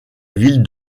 ville